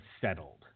settled